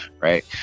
right